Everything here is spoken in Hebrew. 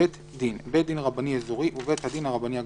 'בית דין' - בית דין רבני אזורי ובית הדין הרבני הגדול,